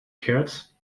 hurts